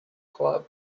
club